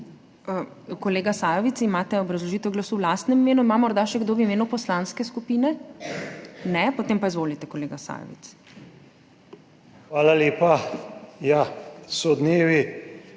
Kolega Sajovic, imate obrazložitev glasu v lastnem imenu? Ima morda še kdo v imenu poslanske skupine? Ne. Potem pa izvolite, kolega Sajovic. MAG. BORUT